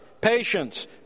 Patience